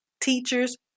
teachers